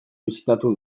bisitatu